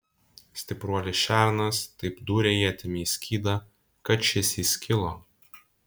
stipruolis šernas taip dūrė ietimi į skydą kad šis įskilo